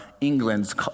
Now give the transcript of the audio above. England's